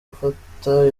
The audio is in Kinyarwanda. gufata